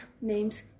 names